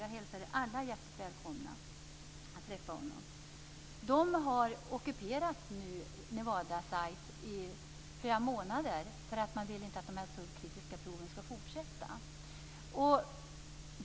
Jag hälsar er alla hjärtligt välkomna att träffa honom. De har ockuperat Nevada Test Site i flera månader därför att de inte vill att de subkritiska proven skall fortsätta.